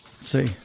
See